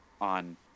on